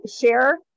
share